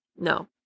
No